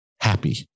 happy